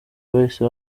bahise